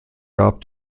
gab